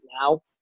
now